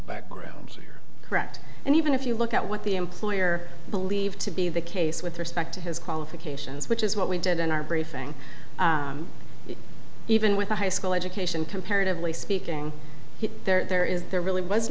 background correct and even if you look at what the employer believed to be the case with respect to his qualifications which is what we did in our briefing even with a high school education comparatively speaking there is there really was